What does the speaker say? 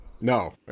no